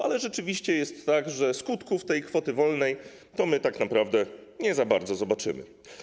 Ale rzeczywiście jest tak, że skutków kwoty wolnej to my tak naprawdę za bardzo nie zobaczymy.